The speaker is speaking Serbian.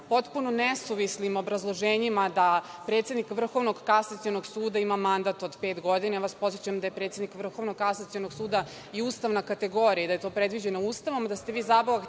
potpuno nesuvislim obrazloženjem da predsednik Vrhovnog kasacionog suda ima mandat od pet godina, a ja vas podsećam daje predsednik Vrhovnog kasacionog suda i ustavna kategorija i da je to predviđeno Ustavom i da ste vi zapravo